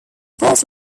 first